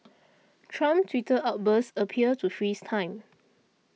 Trump's Twitter outbursts appear to freeze time